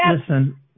Listen